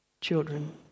children